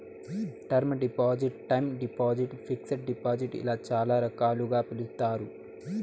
term deposit time deposit fixed deposit ఇలా చాలా రకాలుగా పిలుస్తారు